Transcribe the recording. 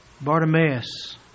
Bartimaeus